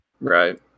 Right